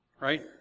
right